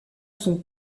son